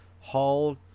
Hall